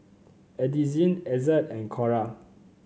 Addisyn Ezzard and Cora